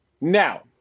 Now